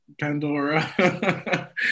Pandora